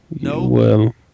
No